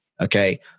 okay